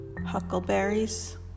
Huckleberries